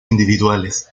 individuales